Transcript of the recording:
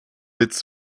its